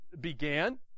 began